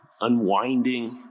unwinding